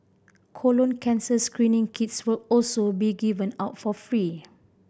colon cancer screening kits will also be given out for free